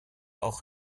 auch